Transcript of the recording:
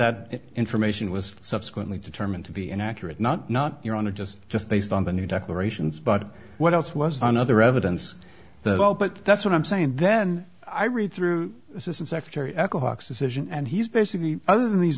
that information was subsequently determined to be inaccurate not not your honor just just based on the new declarations but what else was another evidence that all but that's what i'm saying then i read through this in secretary echo hawks decision and he's basically other than these